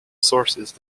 sources